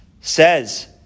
says